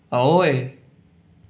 ꯑꯥꯋꯣꯏ